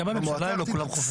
גם בממשלה הם לא כולם חופפים.